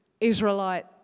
Israelite